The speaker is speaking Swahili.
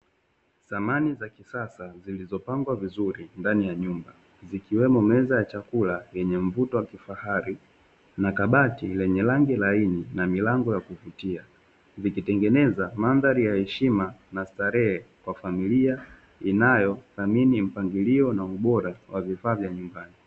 Samani za kisasa zilizopangwa vizuri ndani ya nyumba, zikiwemo meza ya chakula yenye mvuto wa kifahari, na kabati lenye rangi laini na milango ya kuvutia, vikitengeneza mandhari ya heshima na starehe kwa familia inayo dhamini mpangilio na ubora wa vifaa vya nyumbani.